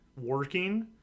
working